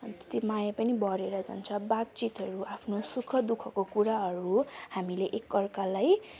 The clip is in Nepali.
माया पनि बढेर जान्छ बातचितहरू आफ्नो सुख दुःखको कुराहरू हामीले एकअर्कालाई